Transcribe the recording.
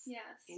Yes